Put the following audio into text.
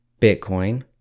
Bitcoin